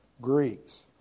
Greeks